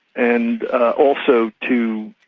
and also to,